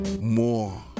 more